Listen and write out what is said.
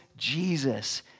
jesus